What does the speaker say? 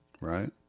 right